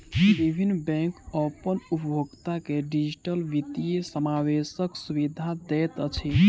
विभिन्न बैंक अपन उपभोगता के डिजिटल वित्तीय समावेशक सुविधा दैत अछि